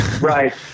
Right